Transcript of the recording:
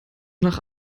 nach